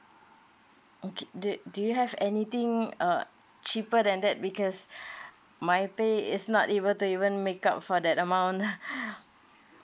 okay do do you have anything uh cheaper than that because my pay is not able to even make up for that amount